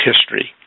history